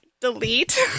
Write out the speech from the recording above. delete